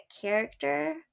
character